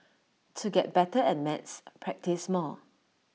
to get better at maths practise more